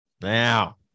now